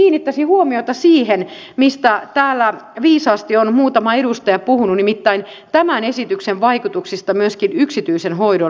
lopuksi kiinnittäisin huomiota siihen mistä täällä viisaasti on muutama edustaja puhunut nimittäin tämän esityksen vaikutuksiin myöskin yksityisen hoidon lisääntymiseen